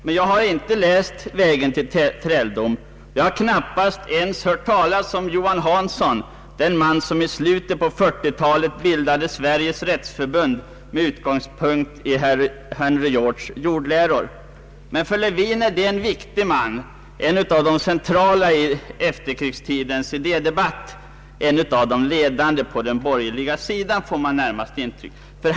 Men jag har inte läst Vägen till träldom, jag har knappast ens hört talas om Johan Hansson, den man som i slutet på 1940 talet bildade Sveriges rättsförbund med utgångspunkt i Henry Georges jordläror. Men för Lewin är Hansson en viktig man, en av de centrala i efterkrigstidens idédebatt, en av de ledande på den borgerliga sidan. Det är vad man närmast få intryck av.